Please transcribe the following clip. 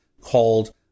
called